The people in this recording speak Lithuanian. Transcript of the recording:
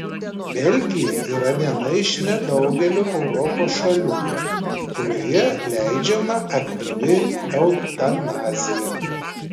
belgija yra viena iš nedaugelio europos šalių kurioje leidžiama aktyvi eutanazija